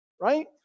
right